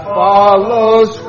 follows